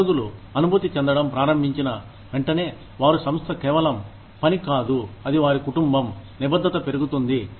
ఉద్యోగులు అనుభూతి చెందడం ప్రారంభించిన వెంటనే వారు సంస్థ కేవలం 'పని' కాదు అది వారి కుటుంబం నిబద్ధత పెరుగుతుంది